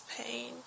pain